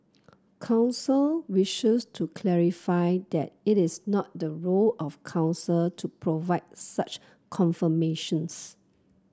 council wishes to clarify that it is not the role of Council to provide such confirmations